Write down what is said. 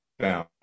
down